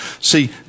See